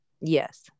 yes